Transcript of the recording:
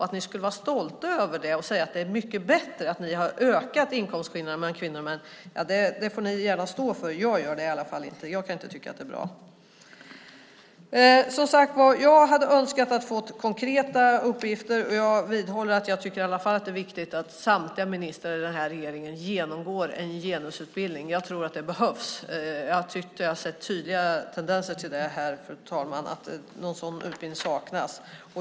Att ni skulle vara stolta över det och säga att det är mycket bättre att ni har ökat inkomstskillnaderna mellan kvinnor och män får ni gärna stå för. Jag gör det i alla fall inte. Jag kan inte tycka att det är bra. Jag hade önskat att få konkreta uppgifter. Jag vidhåller att jag tycker att det är viktigt att samtliga ministrar i den här regeringen genomgår en genusutbildning. Jag tror att det behövs. Jag tycker att jag har sett tydliga tecken på det här, fru talman. En sådan utbildning saknas.